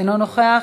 אינו נוכח.